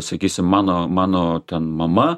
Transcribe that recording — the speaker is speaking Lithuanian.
sakysim mano mano ten mama